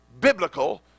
biblical